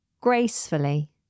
Gracefully